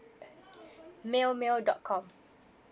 mail mail dot com